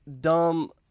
dumb